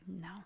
no